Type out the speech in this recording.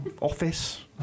office